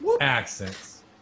accents